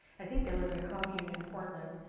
i think they live in a commune in portland,